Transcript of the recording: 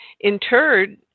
interred